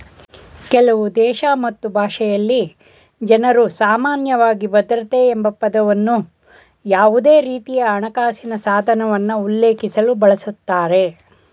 ಕೆಲವುದೇಶ ಮತ್ತು ಭಾಷೆಯಲ್ಲಿ ಜನ್ರುಸಾಮಾನ್ಯವಾಗಿ ಭದ್ರತೆ ಎಂಬಪದವನ್ನ ಯಾವುದೇರೀತಿಯಹಣಕಾಸಿನ ಸಾಧನವನ್ನ ಉಲ್ಲೇಖಿಸಲು ಬಳಸುತ್ತಾರೆ